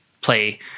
play